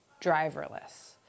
driverless